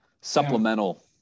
supplemental